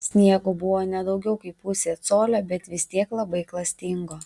sniego buvo ne daugiau kaip pusė colio bet vis tiek labai klastingo